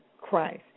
Christ